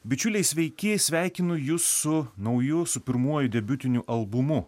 bičiuliai sveiki sveikinu jus su nauju su pirmuoju debiutiniu albumu